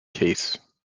case